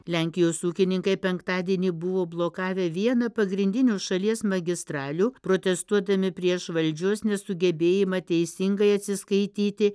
lenkijos ūkininkai penktadienį buvo blokavę vieną pagrindinių šalies magistralių protestuodami prieš valdžios nesugebėjimą teisingai atsiskaityti